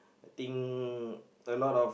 thing a lot of